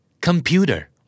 Computer